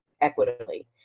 equitably